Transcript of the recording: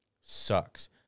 sucks